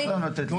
רגע, תנו